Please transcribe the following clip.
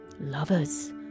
Lovers